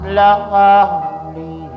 lonely